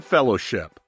Fellowship